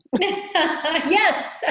yes